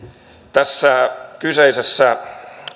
tässä kyseisessä